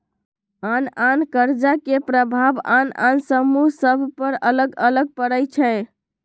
आन आन कर्जा के प्रभाव आन आन समूह सभ पर अलग अलग पड़ई छै